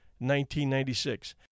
1996